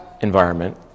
environment